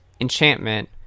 enchantment